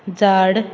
झाड